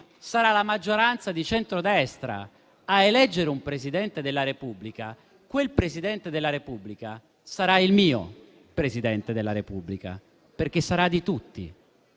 sarà la maggioranza di centrodestra a eleggere un Presidente della Repubblica, quel Presidente della Repubblica sarà il mio Presidente della Repubblica, perché sarà di tutti.